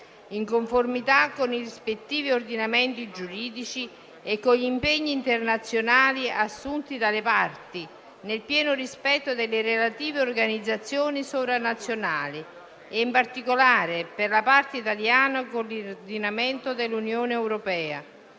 in conformità con i rispettivi ordinamenti giuridici e con gli impegni internazionali assunti dalle parti, nel pieno rispetto delle relative organizzazioni sovranazionali e in particolare, per la parte italiana, dell'ordinamento dell'Unione europea